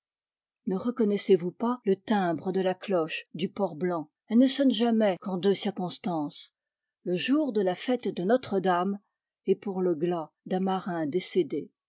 ne reconnaissez-vous pas le timbre de la cloche du port blanc elle ne sonne jamais qu'en deux circonstances le jour de la fête de notre-dame et pour le glas d'un marin décédé